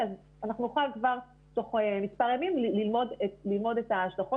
אנחנו נוכל כבר תוך מספר ימים ללמוד את ההשלכות